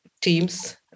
teams